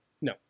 No